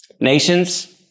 Nations